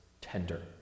tender